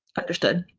understood,